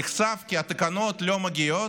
נחשף כי התקנות לא מגיעות,